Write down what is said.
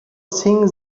thing